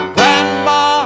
Grandma